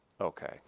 Okay